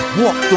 walk